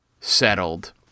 settled